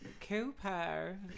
Cooper